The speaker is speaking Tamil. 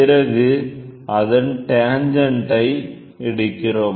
பிறகு அதன் டேன்ஜன்டை எடுக்கிறோம்